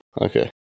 Okay